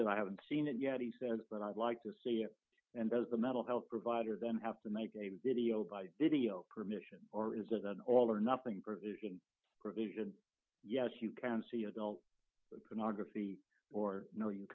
it i haven't seen it yet he said but i'd like to see it and does the mental health provider then have to make a video by video permission or is it an all or nothing provision provision yes you can see adult pornography or no you